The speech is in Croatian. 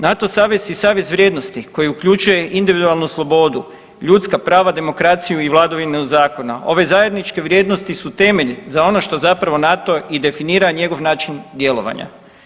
NATO savez i savez vrijednosti koji uključuje individualnu slobodu, ljudska prava, demokraciju i vladavinu zakona, ove zajedničke vrijednosti su temelj za ono što zapravo NATO i definira njegov način djelovanja.